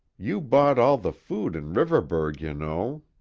you bought all the food in riverburgh, you know.